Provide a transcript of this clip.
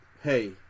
hey